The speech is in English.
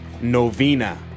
novena